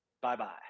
Bye-bye